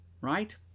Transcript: right